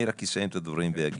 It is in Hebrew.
אני רק אסיים את הדברים ואגיד,